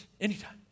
Anytime